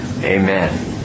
Amen